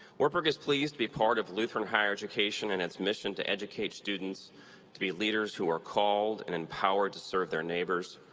wartburg is pleased to be part of lutheran higher education and its mission to educate students to be leaders who are called and empowered to serve their neighbor,